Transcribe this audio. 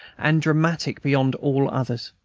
and dramatic beyond all others.